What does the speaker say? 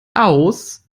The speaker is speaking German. aus